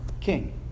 king